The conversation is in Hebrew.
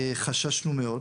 חששנו מאוד